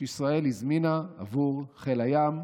שישראל הזמינה עבור חיל הים.